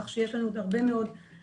כך שיש לנו עוד הרבה מאוד מענים.